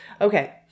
okay